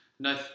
No